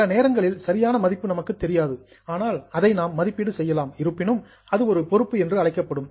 சில நேரங்களில் சரியான மதிப்பு நமக்குத் தெரியாது ஆனால் அதை நாம் மதிப்பீடு செய்யலாம் இருப்பினும் அது ஒரு பொறுப்பு என்று அழைக்கப்படும்